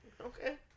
Okay